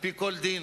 על-פי כל דין,